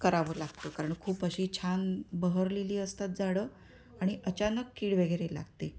करावं लागतं कारण खूप अशी छान बहरलेली असतात झाडं आणि अचानक कीड वगैरे लागते